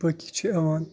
باقٕے چھِ یِوان